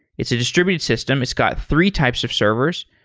it's a distributed system. it's got three types of servers.